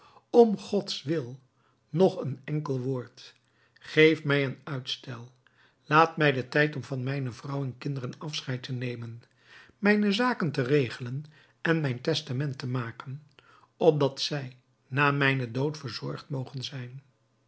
om gods wil nog een enkel woord geeft mij een uitstel laat mij den tijd om van mijne vrouw en kinderen afscheid te nemen mijne zaken te regelen en mijn testament te maken opdat zij na mijnen dood verzorgd mogen zijn